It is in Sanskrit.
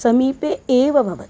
समीपे एव भवति